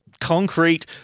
concrete